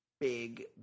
Big